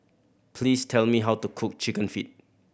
please tell me how to cook Chicken Feet